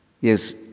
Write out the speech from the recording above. Yes